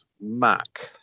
Mac